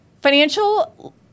Financial